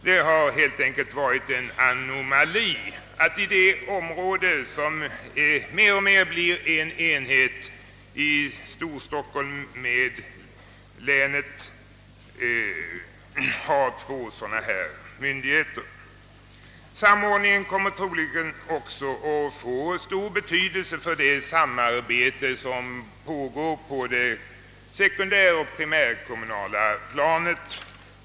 Det har helt enkelt varit en anomali att i det område som mer och mer blir en enhet, Storstockholm och länet, ha två olika sådana myndigheter. Samordningen kommer troligen också att få stor betydelse för det samarbete som pågår på det sekundäroch primärkommunala planet.